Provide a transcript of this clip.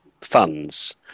funds